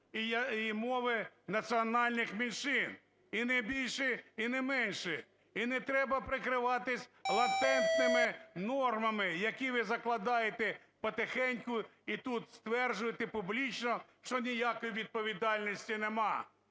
і мови національних меншин – і не більше, і не менше. І не треба прикриватися латентними нормами, які ви закладаєте потихеньку, і тут стверджуєте публічно, що ніякої відповідальності нема.